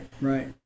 right